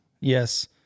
yes